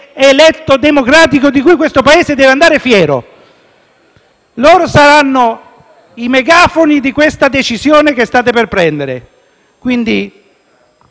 eletto di cui questo Paese deve andare fiero. Loro saranno i megafoni della decisione che state per prendere: quindi